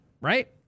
right